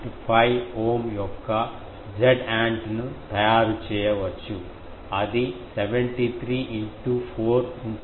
5 ఓం యొక్క Zant ను తయారు చేయవచ్చు అది 73 ఇన్ టూ 4 ఉంటుంది